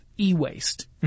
e-waste